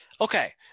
Okay